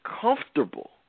comfortable